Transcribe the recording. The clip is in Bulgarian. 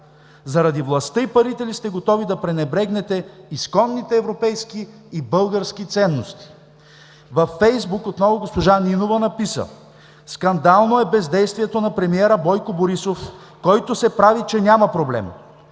Заради властта и парите ли сте готови да пренебрегнете изконните европейски и български ценности?“ Във Фейсбук отново госпожа Нинова написа: „Скандално е бездействието на премиера Бойко Борисов, който се прави, че няма проблем.